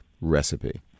recipe